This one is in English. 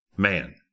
man